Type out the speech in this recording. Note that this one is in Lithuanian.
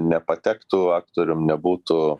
nepatektų aktorium nebūtų